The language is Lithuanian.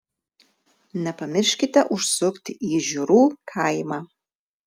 nepamirškite užsukti į žiurų kaimą